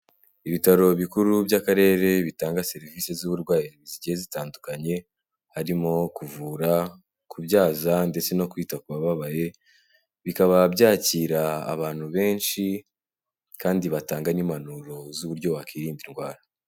Ibitaro bikuru by'Akarere bitanga serivisi z'uburwayi zigiye zitandukanye, harimo kuvura, kubyaza ndetse no kwita ku bababaye, bikaba byakira abantu benshi kandi batanga n'impanuro z'uburyo wakwirinda indwara.